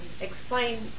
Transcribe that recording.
Explain